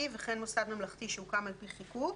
וכן מוסד ממלכתי שהוקם על פי חיקוק,